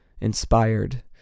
inspired